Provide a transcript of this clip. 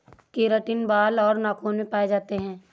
keratin बाल और नाखून में पाए जाते हैं